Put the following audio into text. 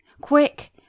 Quick